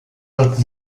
dort